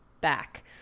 back